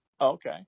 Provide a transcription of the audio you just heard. okay